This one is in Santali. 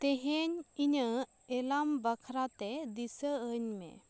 ᱛᱮᱦᱮᱧ ᱤᱧᱟᱹᱜ ᱮᱞᱟᱨᱢ ᱵᱟᱠᱷᱨᱟᱛᱮ ᱫᱤᱥᱟᱹ ᱟᱹᱧ ᱢᱮ